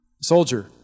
soldier